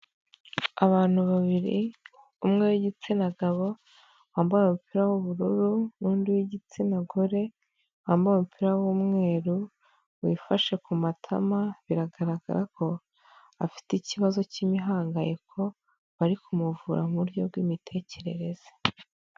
Abantu babiri, umwe w'igitsina gabo wambaye umupira w'ubururu, n'undi w'igitsina gore wambaye umupira w'umweru, wifashe ku matama biragaragara ko afite ikibazo cy'imihangayiko bari kumuvura mu buryo bw'imitekerereze.